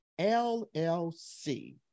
LLC